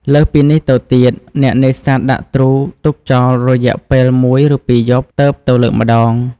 លើសពីនេះទៅទៀតនោះ អ្នកនេសាទដាក់ទ្រូទុកចោលរយៈពេលមួយឬពីរយប់ ទើបទៅលើកម្ដង។